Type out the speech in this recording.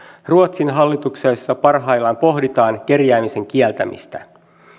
ruotsin hallituksessa parhaillaan pohditaan kerjäämisen kieltämistä